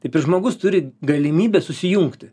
taip ir žmogus turi galimybę susijungti